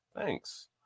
thanks